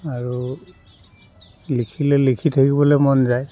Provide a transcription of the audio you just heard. আৰু লিখিলে লিখি থাকিবলৈ মন যায়